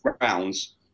rounds